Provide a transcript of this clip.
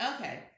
Okay